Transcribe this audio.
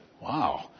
Wow